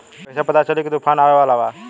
कइसे पता चली की तूफान आवा वाला बा?